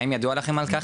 האם ידוע לכם על כך?